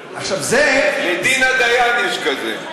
לדינה דיין יש כזה.